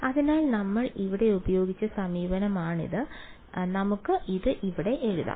അതിനാൽ നമ്മൾ ഇവിടെ ഉപയോഗിച്ച സമീപനമാണിത് നമുക്ക് അത് ഇവിടെ എഴുതാം